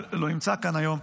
שלא נמצא כאן היום,